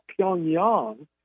Pyongyang